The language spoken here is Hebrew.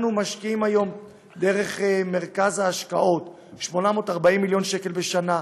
אנחנו משקיעים היום דרך מרכז ההשקעות 840 מיליון שקל בשנה,